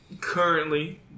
Currently